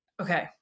okay